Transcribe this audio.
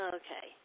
okay